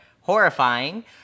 horrifying